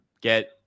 get